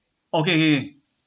okay okay